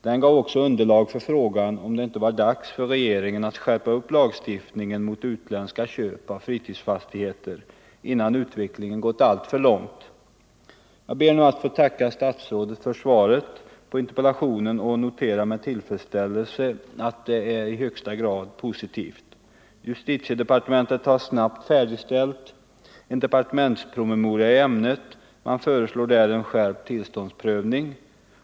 Den gav också underlag för frågan om det inte var dags för regeringen att skärpa lagstiftningen mot utländska köp av fritidsfastigheter, innan utvecklingen har gått alltför långt. Jag ber nu att få tacka statsrådet för svaret på interpellationen och noterar med tillfredsställelse att svaret är i högsta grad positivt. Justitiedepartementet har snabbt färdigställt en departementspromemoria i ämnet. Man föreslår där en skärpt tillståndsprövning.